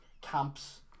camps